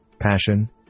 passion